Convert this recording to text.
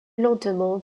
lentement